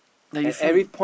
like you feel